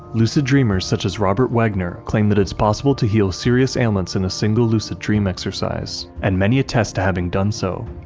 lucid dreamers such as robert waggoner claim that it's possible to heal serious ailments in a single lucid dream exercise, and many attest to having done so.